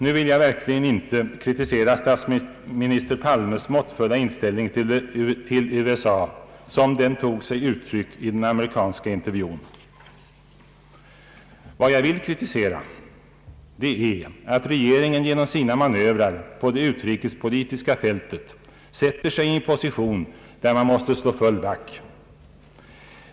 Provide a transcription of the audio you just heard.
Nu vill jag verkligen inte kritisera statsminister Palmes måttfulla inställning till USA som den tog sig uttryck i den amerikanska intervjun. Vad jag vill kritisera är, att regeringen genom sina manövrer på det utrikespolitiska fältet sätter sig i en position, där man måste slå full back.